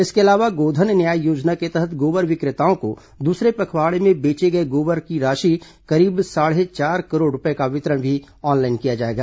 इसके अलावा गोधन न्याय योजना के तहत गोबर विक्रेताओं को दूसरे पखवाड़े में बेचे गए गोबर की राशि करीब साढ़े चार करोड़ रूपये का वितरण भी ऑनलाइन किया जाएगा